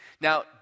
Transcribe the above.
Now